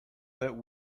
that